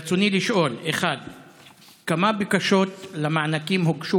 ברצוני לשאול: 1. כמה בקשות למענקים הוגשו